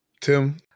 Tim